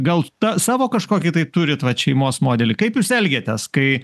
gal tą savo kažkokį tai turit vat šeimos modelį kaip jūs elgiatės kai